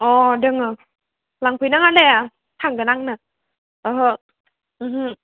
अ दङ लांफैनाङा दे थांगोन आंनो ओहो ओमहो